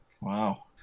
wow